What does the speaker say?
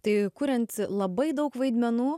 tai kuriant labai daug vaidmenų